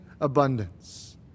abundance